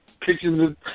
pictures